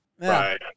Right